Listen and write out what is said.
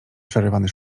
przerywany